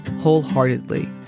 wholeheartedly